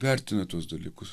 vertina tuos dalykus